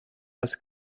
als